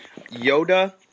Yoda